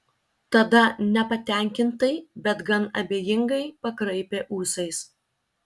tada nepatenkintai bet gan abejingai pakraipė ūsais